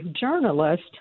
journalist